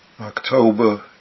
October